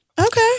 okay